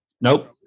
Nope